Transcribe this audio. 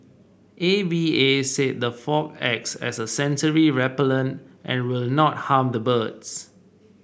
A V A said the fog acts as a sensory repellent and will not harm the birds